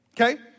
Okay